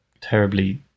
terribly